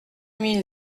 mille